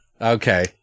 Okay